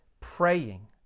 praying